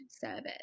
service